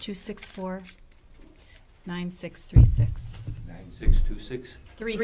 two six four nine six three six six two six three